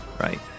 right